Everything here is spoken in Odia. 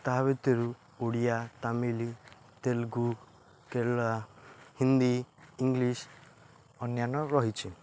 ତା'ଭିତରୁ ଓଡ଼ିଆ ତାମିଲ ତେଲୁଗୁ କେରଳା ହିନ୍ଦୀ ଇଂଲିଶ୍ ଅନ୍ୟାନ୍ୟ ରହିଛି